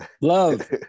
love